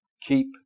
keep